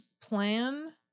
plan